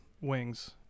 wings